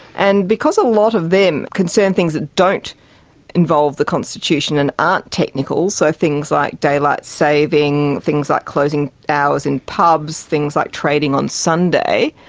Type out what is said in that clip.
and because a lot of them concern things that don't involve the constitution and aren't technical, so things like daylight saving, things like closing hours in pubs, things like trading on sunday,